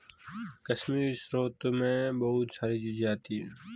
कश्मीरी स्रोत मैं बहुत सारी चीजें आती है